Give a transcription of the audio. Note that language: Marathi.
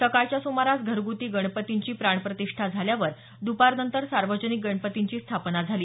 सकाळच्या सुमारास घरगुती गणपतींची प्राणप्रतिष्ठा झाल्यावर दुपारनंतर सार्वजनिक गणपतींची स्थापना झाली